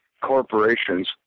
corporations